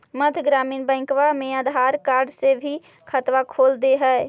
मध्य ग्रामीण बैंकवा मे आधार कार्ड से भी खतवा खोल दे है?